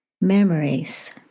Memories